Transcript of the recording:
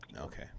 Okay